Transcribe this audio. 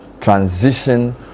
transition